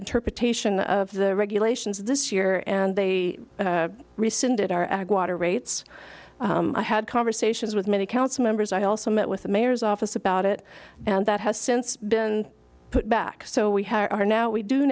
interpretation of the regulations this year and they rescinded our water rates i had conversations with many council members i also met with the mayor's office about it and that has since been put back so we are now we do